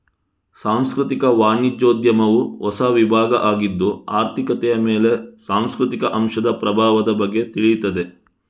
ಸಾಂಸ್ಕೃತಿಕ ವಾಣಿಜ್ಯೋದ್ಯಮವು ಹೊಸ ವಿಭಾಗ ಆಗಿದ್ದು ಆರ್ಥಿಕತೆಯ ಮೇಲೆ ಸಾಂಸ್ಕೃತಿಕ ಅಂಶದ ಪ್ರಭಾವದ ಬಗ್ಗೆ ತಿಳೀತದೆ